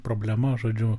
problema žodžiu